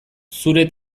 zure